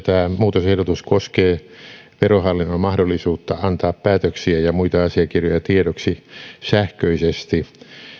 muutosehdotus koskee verohallinnon mahdollisuutta antaa päätöksiä ja muita asiakirjoja tiedoksi sähköisesti